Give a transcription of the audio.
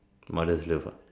mother's love ah